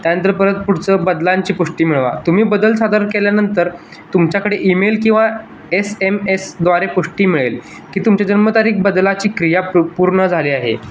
त्यानंतर परत पुढचं बदलांची पुष्टी मिळवा तुम्ही बदल सादर केल्यानंतर तुमच्याकडे ईमेल किंवा एस एम एसद्वारे पुष्टी मिळेल की तुमच्या जन्मतारीख बदलाची क्रिया पू पूर्ण झाली आहे